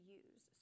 use